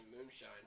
moonshine